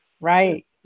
right